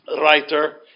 writer